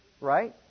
Right